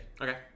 Okay